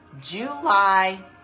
July